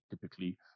typically